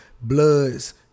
bloods